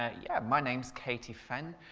ah yeah, my name's katie fenn